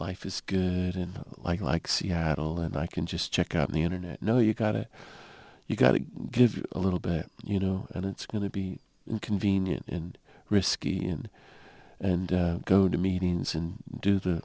life is good in like like seattle and i can just check out on the internet no you got it you got to give you a little bit you know and it's going to be inconvenient and risky and and go to meetings and do the